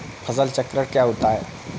फसल चक्रण क्या होता है?